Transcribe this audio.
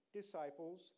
disciples